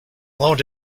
load